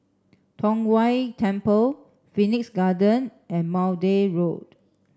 Tong Whye Temple Phoenix Garden and Maude Road